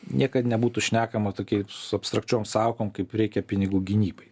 niekad nebūtų šnekama tokiai su abstrakčiom sąvokom kaip reikia pinigų gynybai